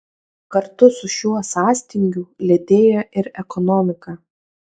kartu su šiuo sąstingiu lėtėja ir ekonomika